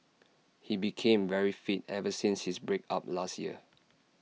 he became very fit ever since his break up last year